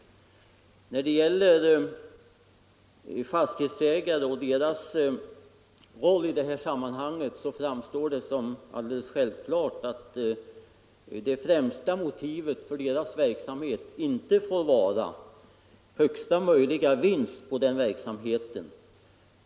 När det gäller fastighetsägarnas roll i det här sammanhanget framstår det som alldeles självklart, att det främsta motivet för deras verksamhet inte får vara högsta möjliga vinst på verksamheten.